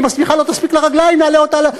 ואם השמיכה לא תספיק לרגליים נעלה אותה,